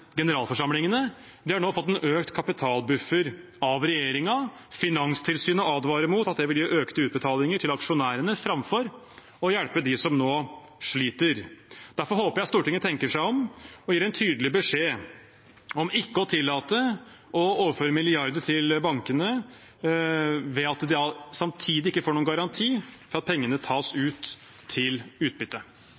generalforsamlingene. De har nå fått en økt kapitalbuffer av regjeringen. Finanstilsynet advarer mot at det vil gi økte utbetalinger til aksjonærene framfor å hjelpe dem som nå sliter. Derfor håper jeg at Stortinget tenker seg om og gir en tydelig beskjed om ikke å tillate å overføre milliarder til bankene ved at de samtidig ikke får noen garanti for at pengene tas